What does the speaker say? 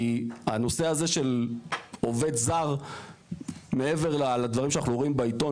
כי הנושא הזה של עובד זר מעבר לדברים שאנחנו רואים בעיתון,